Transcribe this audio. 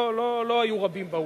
לא היו רבים באולם.